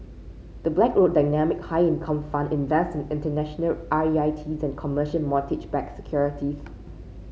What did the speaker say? the Blackrock Dynamic High Income Fund invest in international R E I Ts and commercial mortgage backed securities